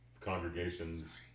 congregations